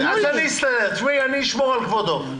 בסדר, אז אני אסתדר, אני אשמור על כבודו.